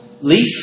leaf